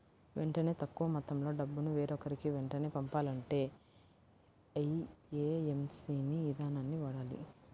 వెంటనే తక్కువ మొత్తంలో డబ్బును వేరొకరికి వెంటనే పంపాలంటే ఐఎమ్పీఎస్ ఇదానాన్ని వాడాలి